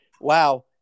wow